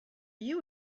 you